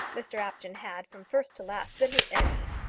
mr apjohn had, from first to last, been his enemy,